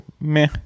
Meh